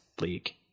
league